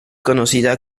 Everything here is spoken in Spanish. conocida